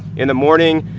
in the morning,